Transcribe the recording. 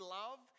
love